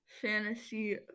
fantasy